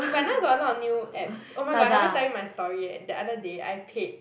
but now got a lot of new apps oh my god I haven't tell you my story yet the other day I paid